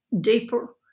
deeper